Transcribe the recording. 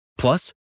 Plus